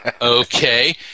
okay